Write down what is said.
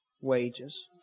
wages